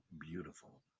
beautiful